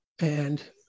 and-